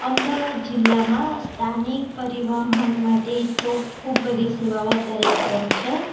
અમદાવાદ જિલ્લામાં સ્થાનિક પરિવહન માટે તો ખૂબ બધી સેવાઓ અત્યારે ઉપલબ્ધ છે